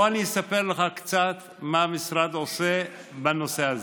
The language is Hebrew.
אני אספר לך קצת מה המשרד עושה בנושא הזה.